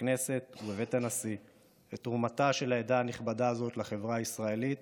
בכנסת ובבית הנשיא את תרומתה של העדה הנכבדה הזאת לחברה הישראלית